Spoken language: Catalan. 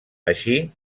així